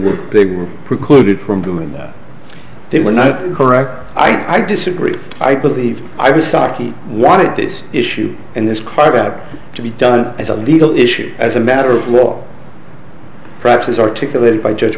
were they were precluded from doing that they were not correct i disagree i believe i was saki wanted this issue and this cried out to be done as a legal issue as a matter of law perhaps as articulated by